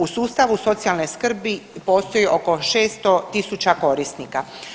U sustavu socijalne skrbi postoji oko 600 tisuća korisnika.